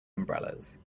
umbrellas